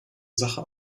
sache